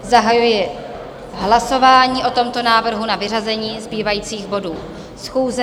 Zahajuji hlasování o tomto návrhu na vyřazení zbývajících bodů schůze.